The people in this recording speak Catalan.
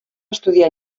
estudiar